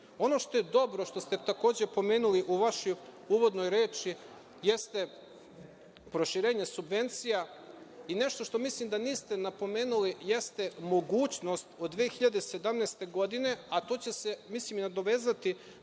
što je dobro, što ste takođe pomenuli u vašoj uvodnoj reči, jeste proširenje subvencija i nešto što mislim da niste napomenuli, jeste mogućnost od 2017. godine, a to će se mislim i nadovezati